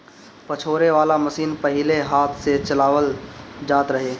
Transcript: पछोरे वाला मशीन पहिले हाथ से चलावल जात रहे